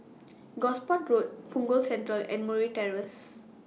Gosport Road Punggol Central and Murray Terrace